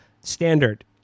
standard